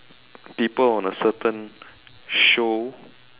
people on a certain show